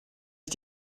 ich